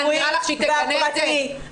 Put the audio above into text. נראה לך שהיא תגנה את זה?